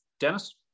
Dennis